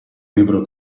libro